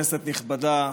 נכבדה,